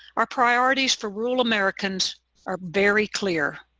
our priorities for rural americans are very clear.